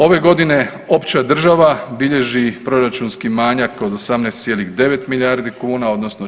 Ove godine opća država bilježi proračunski manjak od 18,9 milijardi kuna, odnosno 4,5%